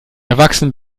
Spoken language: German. erwachsen